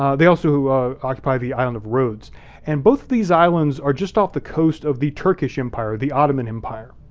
ah they also occupy the island of rhodes and both of these islands are just off the coast of the turkish empire, the ottoman empire,